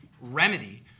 remedy